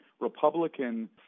Republican